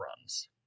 runs